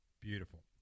beautiful